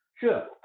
Sure